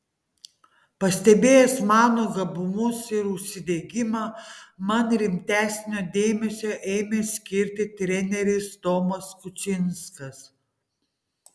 pastebėjęs mano gabumus ir užsidegimą man rimtesnio dėmesio ėmė skirti treneris tomas kučinskas